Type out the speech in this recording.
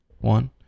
one